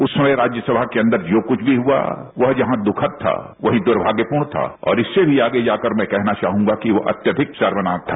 उस समय राज्यसभा के अंदर जो कुछ भी हुआ वह जहां दुखद था वही दुर्भाग्यपूर्ण था और इससे भी आगे जाकर मैं कहना चाहूंगा कि वो अत्यधिक शर्मनाक था